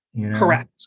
Correct